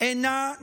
ובאלה שהשתתפתי,